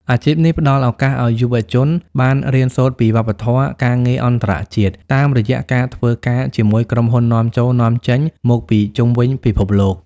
អាជីពនេះផ្តល់ឱកាសឱ្យយុវជនបានរៀនសូត្រពីវប្បធម៌ការងារអន្តរជាតិ តាមរយៈការធ្វើការជាមួយក្រុមហ៊ុននាំចូល-នាំចេញមកពីជុំវិញពិភពលោក។